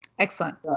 Excellent